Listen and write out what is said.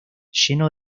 lleno